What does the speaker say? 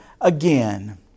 again